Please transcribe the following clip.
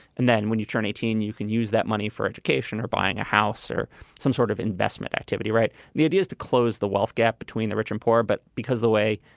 and then when you turn eighteen, you can use that money for education or buying a house or some sort of investment activity. right. the idea is to close the wealth gap between the rich and poor. but because the way